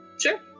Sure